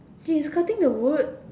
he is cutting the wood